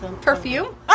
perfume